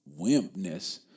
wimpness